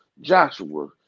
Joshua